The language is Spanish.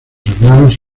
hermanos